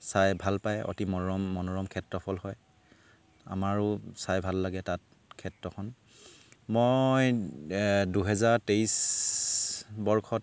চাই ভাল পায় অতি মনোৰম মনোৰম ক্ষেত্ৰফল হয় আমাৰো চাই ভাল লাগে তাত ক্ষেত্ৰখন মই দুহেজাৰ তেইছ বৰ্ষত